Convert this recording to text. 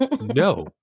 no